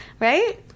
right